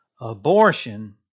Abortion